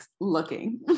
looking